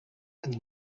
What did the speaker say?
and